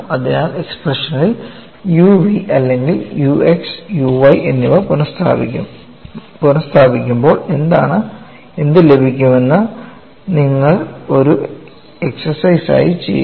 അതിനാൽഎക്സ്പ്രഷൻ ഇൽ u v അല്ലെങ്കിൽ u x u y എന്നിവ പുനസ്ഥാപിക്കുബോൾ എന്ത് ലഭിക്കുമെന്ന് നിങ്ങൾ ഒരു എക്സസൈസ് ആയി ചെയ്യുക